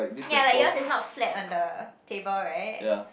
ya like yours is not flat on the table right